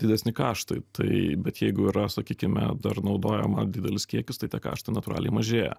didesni kaštai tai bet jeigu yra sakykime dar naudojama didelius kiekius tai tie karštai natūraliai mažėja